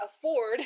afford